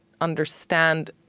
understand